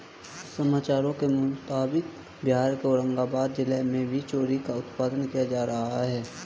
समाचारों के मुताबिक बिहार के औरंगाबाद जिला में भी चेरी का उत्पादन किया जा रहा है